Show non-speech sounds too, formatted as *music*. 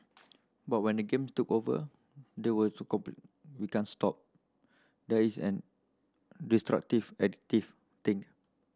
but when the game took over they were so *unintelligible* we can't stop there is an destructive addictive thing